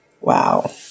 Wow